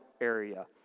area